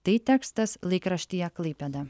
tai tekstas laikraštyje klaipėda